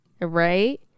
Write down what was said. Right